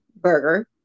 burger